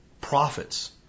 profits